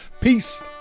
Peace